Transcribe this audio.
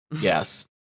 Yes